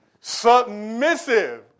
submissive